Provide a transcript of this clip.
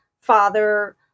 father